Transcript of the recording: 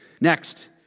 Next